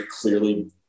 clearly